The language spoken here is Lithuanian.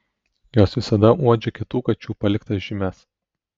jos visada uodžia kitų kačių paliktas žymes